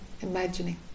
Imagining